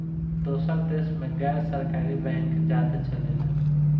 दोसर देश मे गैर सरकारी बैंक ज्यादे चलेला